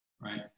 right